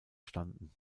standen